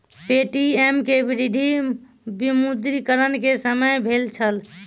Paytm के वृद्धि विमुद्रीकरण के समय भेल छल